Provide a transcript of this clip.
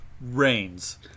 Rains